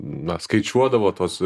na skaičiuodavo tuos